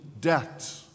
debt